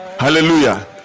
Hallelujah